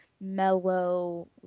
mellow